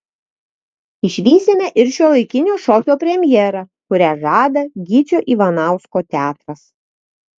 išvysime ir šiuolaikinio šokio premjerą kurią žada gyčio ivanausko teatras